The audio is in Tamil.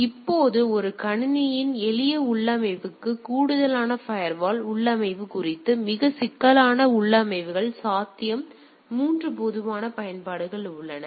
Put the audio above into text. இப்போது ஒரு கணினியின் எளிய உள்ளமைவுக்கு கூடுதலாக ஃபயர்வால் உள்ளமைவு குறித்து மிகவும் சிக்கலான உள்ளமைவுகள் சாத்தியம் 3 பொதுவான பயன்பாடுகள் உள்ளன